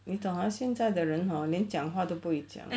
你懂 hor 现在的人 hor 连讲话都不会讲